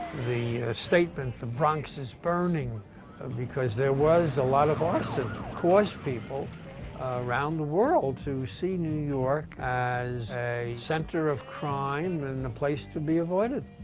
the statement the bronx is burning because there was a lot of arson caused people around the world to see new york as a center of crime and a place to be avoided.